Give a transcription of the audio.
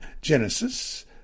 Genesis